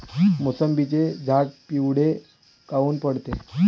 मोसंबीचे झाडं पिवळे काऊन पडते?